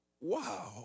Wow